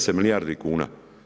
10 milijardi kuna.